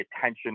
attention